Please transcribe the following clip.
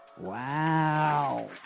Wow